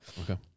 Okay